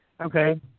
Okay